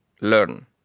learn